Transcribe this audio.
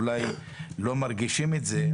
אולי לא מרגישים את זה,